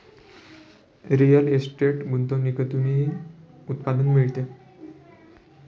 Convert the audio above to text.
real estate गुंतवणुकीतूनही उत्पन्न मिळते